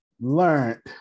learned